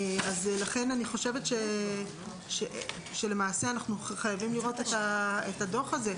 לכן אנחנו חייבים לראות את הדוח הזה.